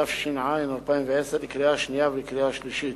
התש"ע 2010, בקריאה שנייה ובקריאה שלישית.